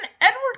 Edward